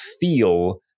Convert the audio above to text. feel